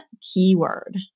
keyword